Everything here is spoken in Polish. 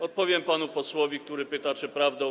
Odpowiem panu posłowi, który pyta, czy jest prawdą.